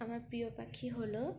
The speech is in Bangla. আমার প্রিয় পাখি হলো